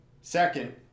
Second